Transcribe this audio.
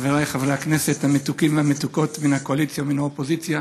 חבריי חברי הכנסת המתוקים והמתוקות מן הקואליציה ומן האופוזיציה,